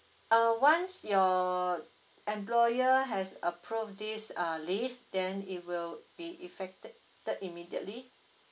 uh once your employer has approved this uh leave then it will be effected immediately